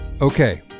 Okay